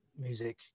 music